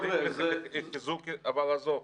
אבל עזוב.